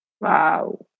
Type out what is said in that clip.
Wow